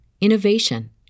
innovation